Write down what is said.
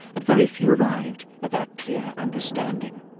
that very few arrived at that clear understanding.